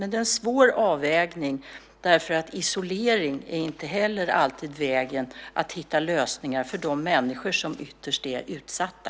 Det är en svår avvägning eftersom inte heller isolering alltid är vägen till lösning för de människor som ytterst är utsatta.